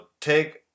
take